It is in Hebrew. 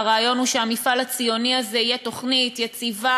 והרעיון הוא שהמפעל הציוני הזה יהיה תוכנית יציבה